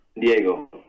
Diego